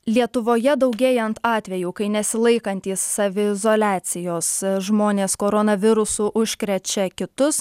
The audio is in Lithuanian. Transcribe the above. lietuvoje daugėjant atvejų kai nesilaikantys saviizoliacijos žmonės koronavirusu užkrečia kitus